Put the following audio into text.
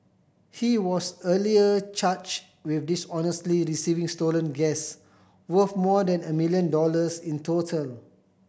he was earlier charged with dishonestly receiving stolen gas worth more than a million dollars in total